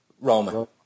Roman